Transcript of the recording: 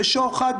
בשוחד,